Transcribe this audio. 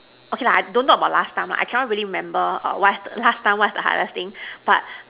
okay lah don't talk about last time lah I cannot really remember err what last time what's the hardest thing but